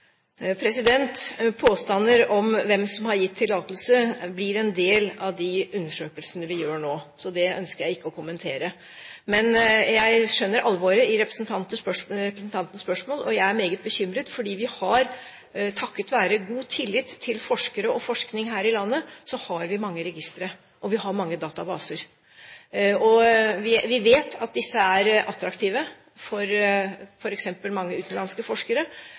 Påstander om hvem som har gitt tillatelse, blir en del av de undersøkelsene vi gjør nå, så det ønsker jeg ikke å kommentere. Men jeg skjønner alvoret i representantens spørsmål, og jeg er meget bekymret fordi vi har, takket være god tillit til forskere og forskning her i landet, mange registre og mange databaser. Vi vet at disse er attraktive for f.eks. mange utenlandske forskere.